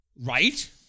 Right